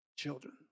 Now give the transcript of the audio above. children